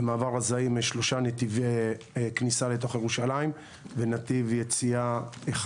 במעבר א-זעיים יש שלושה נתיני כניסה לתוך ירושלים ונתיב יציאה אחד.